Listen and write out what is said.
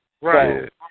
right